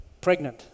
pregnant